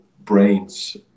brains